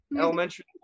elementary